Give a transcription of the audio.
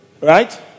Right